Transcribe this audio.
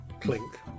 clink